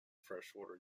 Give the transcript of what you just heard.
freshwater